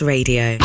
Radio